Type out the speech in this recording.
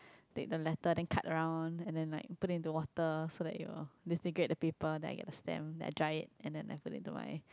take the letter then cut around and then like put it into water so that it will disintegrate the paper then I get the stamp then I dry it and then I put into my